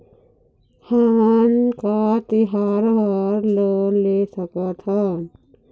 हमन का तिहार बर लोन ले सकथन?